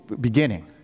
beginning